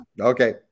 Okay